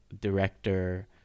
Director